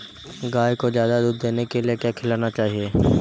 गाय को ज्यादा दूध देने के लिए क्या खिलाना चाहिए?